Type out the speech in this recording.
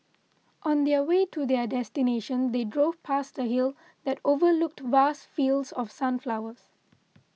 on the way to their destination they drove past a hill that overlooked vast fields of sunflowers